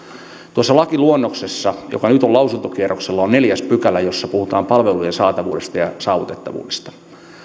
tuossa lakiluonnoksessa joka nyt on lausuntokierroksella on neljäs pykälä jossa puhutaan palvelujen saatavuudesta ja saavutettavuudesta